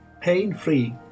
pain-free